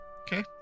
Okay